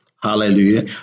Hallelujah